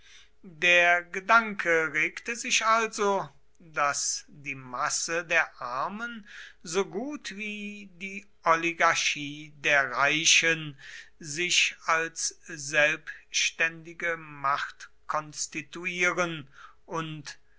der gedanke regte sich also daß die masse der armen so gut wie die oligarchie der reichen sich als selbständige macht konstituieren und